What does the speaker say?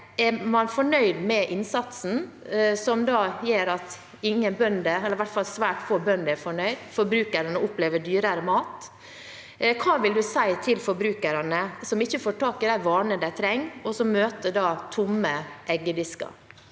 Er man fornøyd med innsatsen som gjør at svært få bønder er fornøyde, og at forbrukerne opplever dyrere mat? Hva vil statsråden si til forbrukerne, som ikke får tak i de varene de trenger, og som møter tomme eggedisker?